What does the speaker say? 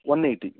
one eighty